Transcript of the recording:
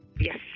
Yes